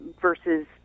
versus